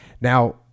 Now